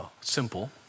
simple